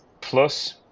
Plus